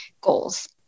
goals